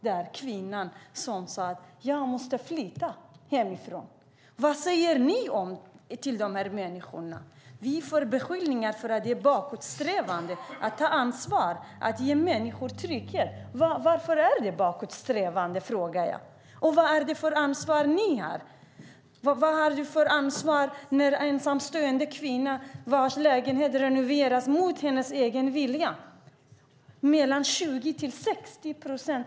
Där var det en kvinna som sade att hon måste flytta hemifrån. Vad säger ni till dessa människor? Vi beskylls för att vara bakåtsträvande när vi vill ta ansvar för att ge människor trygghet. På vilket sätt är det bakåtsträvande? frågar jag. Och vad är det för ansvar ni har? Vad är det för ansvarstagande när en ensamstående kvinna, vars lägenhet renoveras mot hennes vilja, får en hyreshöjning på 20-60 procent?